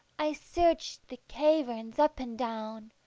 i searched the caverns up and down,